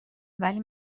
ولی